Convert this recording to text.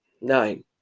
Nine